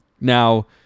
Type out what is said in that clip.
Now